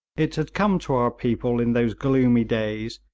it had come to our people in those gloomy days,